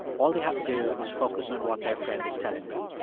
all they have to do is focus on what their friend is telling them.